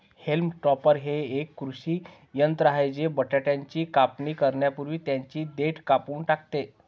haulm topper हे एक कृषी यंत्र आहे जे बटाट्याची कापणी करण्यापूर्वी त्यांची देठ कापून टाकते